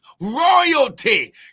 royalty